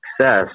success